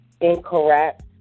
incorrect